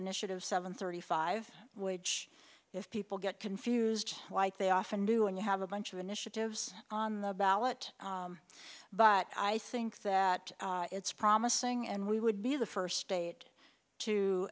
initiative seven thirty five which if people get confused they often do and you have a bunch of initiatives on the ballot but i think that it's promising and we would be the first state to